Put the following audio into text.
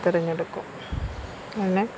തെരഞ്ഞെടുക്കും അങ്ങനെ